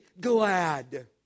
glad